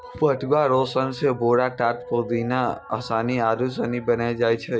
पटुआ रो सन से बोरा, टाट, पौदान, आसनी आरु सनी बनैलो जाय छै